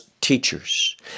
teachers